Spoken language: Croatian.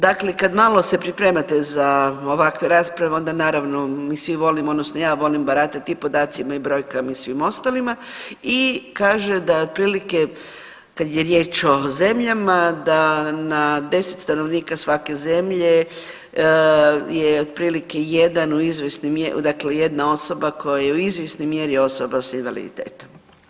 Dakle, kad malo se pripremate za ovakve rasprave onda naravno mi svi volimo, odnosno ja volim baratati i podacima i brojkama i svim ostalima i kaže da otprilike kada je riječ o zemljama da na 10 stanovnika svake zemlje je otprilike jedan u izvjesnoj, dakle jedna osoba koja je u izvjesnoj mjeri osoba sa invaliditetom.